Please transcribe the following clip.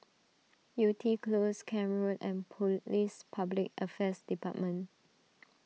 Yew Tee Close Camp Road and Police Public Affairs Department